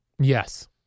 Yes